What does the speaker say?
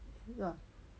uh